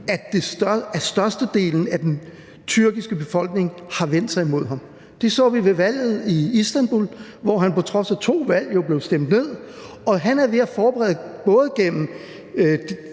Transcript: at størstedelen af den tyrkiske befolkning har vendt sig imod ham. Det så vi ved valget i Istanbul, hvor han på trods af to valg jo blev stemt ned. Han er ved at forberede både gennem